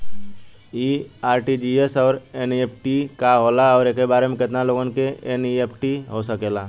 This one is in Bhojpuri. इ आर.टी.जी.एस और एन.ई.एफ.टी का होला और एक बार में केतना लोगन के एन.ई.एफ.टी हो सकेला?